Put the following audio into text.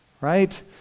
right